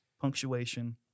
punctuation